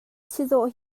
chizawh